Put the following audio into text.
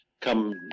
Come